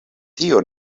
tio